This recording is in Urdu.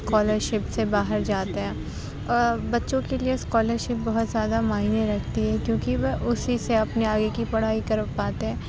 اسکالر شپ سے باہر جاتے ہیں اور بچوں کے لیے اسکالر شپ بہت زیادہ معنی رکھتی ہے کیونکہ وہ اُسی سے اپنے آگے کی پڑھائی کر پاتے ہیں